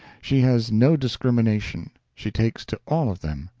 she has no discrimination, she takes to all of them,